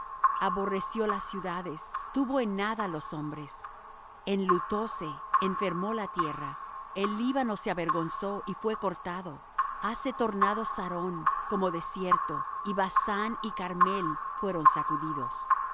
aborreció las ciudades tuvo en nada los hombres enlutóse enfermó la tierra el líbano se avergonzó y fué cortado hase tornado sarón como desierto y basán y carmel fueron sacudidos